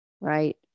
Right